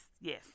yes